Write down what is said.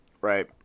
Right